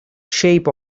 shape